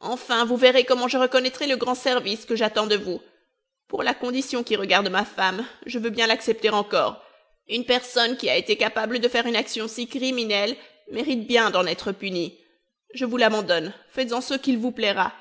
enfin vous verrez comment je reconnaîtrai le grand service que j'attends de vous pour la condition qui regarde ma femme je veux bien l'accepter encore une personne qui a été capable de faire une action si criminelle mérite bien d'en être punie je vous l'abandonne faites-en ce qu'il vous plaira